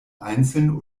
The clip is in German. einzeln